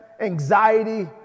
anxiety